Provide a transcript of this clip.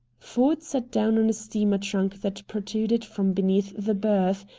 ford sat down on a steamer trunk that protruded from beneath the berth,